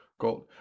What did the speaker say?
gold